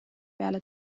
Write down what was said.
peale